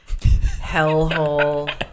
hellhole